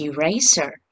Eraser